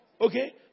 Okay